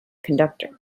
conductor